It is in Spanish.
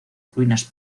ruinas